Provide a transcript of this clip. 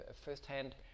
first-hand